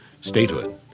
statehood